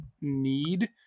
need